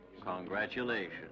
Congratulations